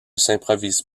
s’improvise